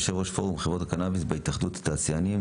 יושב-ראש פורום חברות הקנביס בהתאחדות התעשיינים,